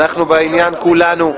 אנחנו בעניין, כולנו,